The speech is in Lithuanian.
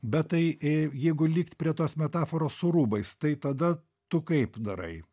bet tai jeigu likt prie tos metaforos su rūbais tai tada tu kaip darai